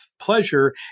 pleasure